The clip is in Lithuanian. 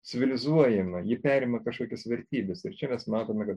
civilizuojama ji perima kažkokias vertybes ir čia mes matome kad